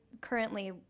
currently